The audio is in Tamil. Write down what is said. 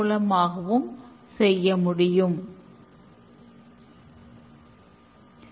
coding பிறகு ரீபேக்டர் செய்யப்பட்டு வடிவமைப்புடன் சேர்க்கப்படுகிறது